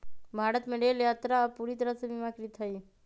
भारत में रेल यात्रा अब पूरा तरह से बीमाकृत हई